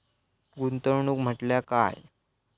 गुंतवणूक म्हटल्या काय?